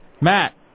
Matt